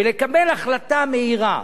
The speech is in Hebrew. ולקבל החלטה מהירה,